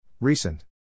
Recent